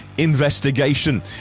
investigation